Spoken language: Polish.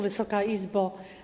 Wysoka Izbo!